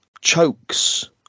chokes